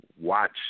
watch